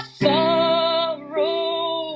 sorrow